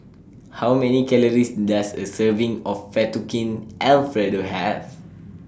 How Many Calories Does A Serving of Fettuccine Alfredo Have